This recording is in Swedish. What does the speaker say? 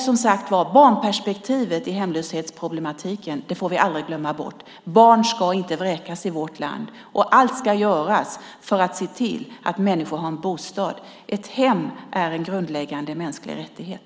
Som sagt, barnperspektivet i hemlöshetsproblematiken får vi aldrig glömma bort. Barn ska inte vräkas i vårt land, och allt ska göras för att se till att människor har en bostad. Ett hem är en grundläggande mänsklig rättighet.